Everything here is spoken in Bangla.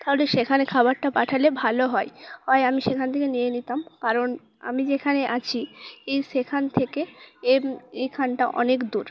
তাহলে সেখানে খাবারটা পাঠালে ভালো হয় হয় আমি সেখান থেকে নিয়ে নিতাম কারণ আমি যেখানে আছি সেখান থেকে এখানটা অনেক দূর